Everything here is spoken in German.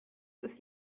ist